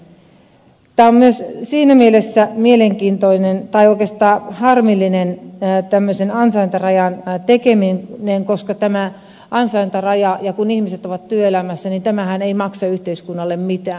tämmöisen ansaintarajan määrittäminen on siinä mielessä oikeastaan harmillinen näyttämisen ansaintarajan tekemiin en koska tämän ansaintarajan että kun ihmiset ovat työelämässä niin tämä ansaintarajahan ei maksa yhteiskunnalle mitään